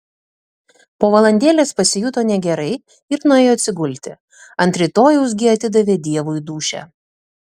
po valandėlės pasijuto negerai ir nuėjo atsigulti ant rytojaus gi atidavė dievui dūšią